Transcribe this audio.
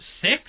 six